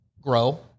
grow